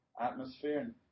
atmosphere